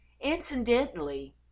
Incidentally